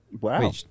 Wow